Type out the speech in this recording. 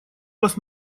вас